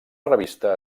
revista